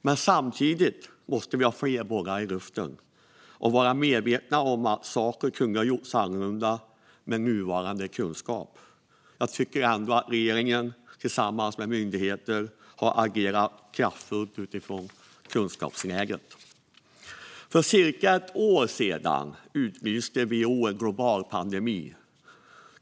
Men samtidigt måste vi ha flera bollar i luften och vara medvetna om att saker kunde ha gjorts annorlunda med nuvarande kunskap. Jag tycker ändå att regeringen, tillsammans med myndigheterna, har agerat kraftfullt utifrån kunskapsläget. För cirka ett år sedan utlyste WHO en global pandemi.